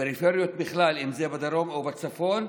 ובפריפריות בכלל, בדרום או בצפון.